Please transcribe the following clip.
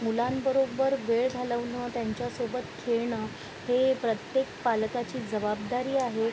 मुलांबरोबर वेळ घालवणं त्यांच्यासोबत खेळणं हे प्रत्येक पालकाची जवाबदारी आहे